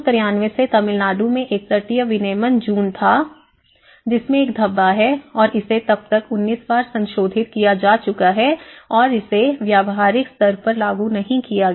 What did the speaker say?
1993 से तमिलनाडु में एक तटीय विनियमन जून था जिसमें एक धब्बा है और इसे तब तक 19 बार संशोधित किया जा चुका है और इसे व्यावहारिक स्तर पर लागू नहीं किया गया